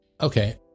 Okay